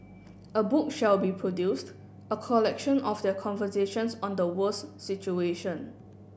a book shall be produced a collection of their conversations on the world's situation